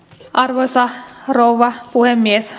arvoisa rouva puhemies